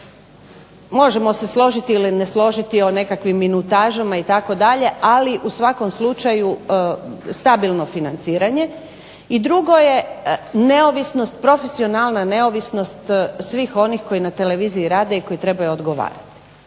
Možemo se složiti ili ne složiti o nekakvim minutažama itd. Ali u svakom slučaju stabilno financiranje i drugo je neovisnost, profesionalna neovisnost svih onih koji na televiziji rade i koji trebaju odgovarati.